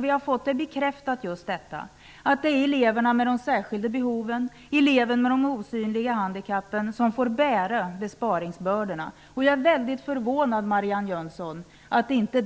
Vi har fått bekräftat att det är eleverna med de särskilda behoven och de osynliga handikappen som får bära besparingsbördorna. Jag är väldigt förvånad över att Marianne Jönsson inte